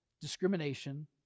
discrimination